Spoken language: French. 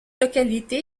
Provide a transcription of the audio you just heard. localité